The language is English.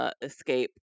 escape